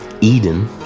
Eden